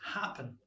happen